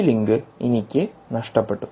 ഈ ലിങ്ക് എനിക്ക് നഷ്ടപ്പെടു